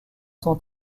sont